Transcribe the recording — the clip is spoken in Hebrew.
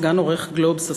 סגן עורך "גלובס",